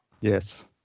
Yes